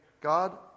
God